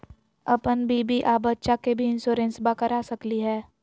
अपन बीबी आ बच्चा के भी इंसोरेंसबा करा सकली हय?